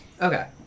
Okay